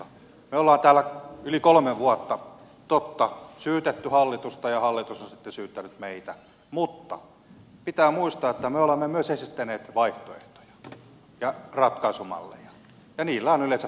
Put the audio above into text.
me olemme täällä yli kolme vuotta totta syyttäneet hallitusta ja hallitus on sitten syyttänyt meitä mutta pitää muistaa että me olemme myös esittäneet vaihtoehtoja ja ratkaisumalleja ja niillä on yleensä pyyhitty pöytää